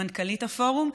מנכ"לית הפורום,